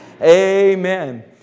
Amen